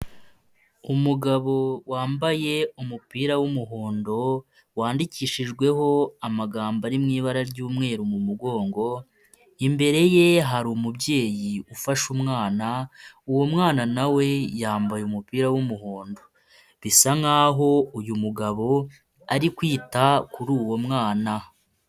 Umugabo wambaye umupira w'umuhondo wandikishijweho amagambo ari mu ibara ry'umweru mu mugongo, imbere ye hari umubyeyi ufashe umwana, uwo mwana na we yambaye umupira w'umuhondo bisa nkaho uyu mugabo ari kwita kuri uwo mwana.